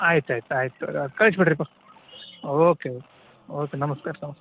ಆಯ್ತು ಆಯ್ತು ಆಯ್ತು ತೊಗೋರಿ ಅದು ಕಳ್ಸಿ ಬಿಡಿರಿಪ್ಪಾ ಓಕೆ ಓಕೆ ನಮಸ್ತೆ ರೀ ನಮಸ್ತೆ